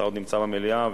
אתה עוד נמצא במליאה,